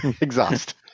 exhaust